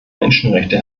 menschenrechte